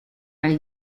nel